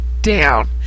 down